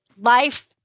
Life